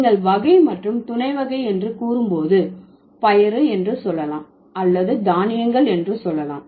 நீங்கள் வகை மற்றும் துணைவகை என்று கூறும்போது பயறு என்று சொல்லலாம் அல்லது தானியங்கள் என்று சொல்லலாம்